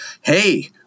hey